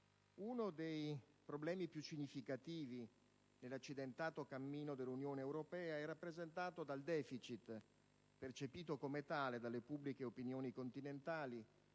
uno dei problemi più significativi, nell'accidentato cammino dell'Unione europea, è rappresentato dal deficit, percepito come tale dalle pubbliche opinioni continentali,